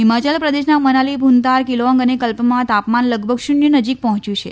હિમાચલ પ્રદેશના મનાલી ભુન્તાર કિર્લોગ અને કલ્પમાં તાપમાન લગભગ શુન્ય નજીક પર્જોચ્યું છે